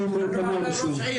המרכזי.